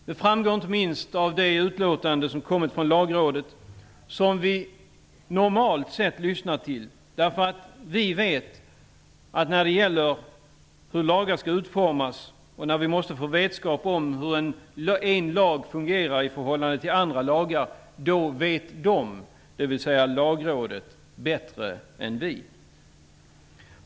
Det framgår inte minst av det utlåtande som kommit från Lagrådet, som vi normalt sett lyssnar till. Vi vet att när lagar skall utformas och när vi måste få vetskap om hur en lag fungerar i förhållande till andra lagar vet Lagrådet bättre än vi.